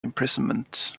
imprisonment